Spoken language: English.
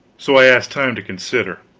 so i asked time to consider.